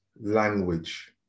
language